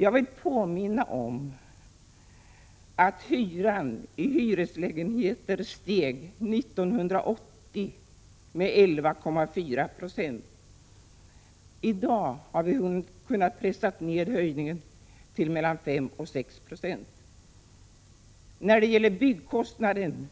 Jag vill bara påminna om att hyran i hyreslägenheterna 1980 steg med 11,4 96. I dag har vi kunnat pressa ner höjningstakten till mellan 5 och 6 Ze. Byggkostnaderna